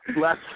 Last